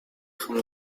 from